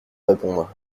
répondre